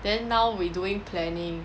then now we doing planning